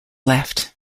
left